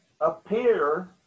appear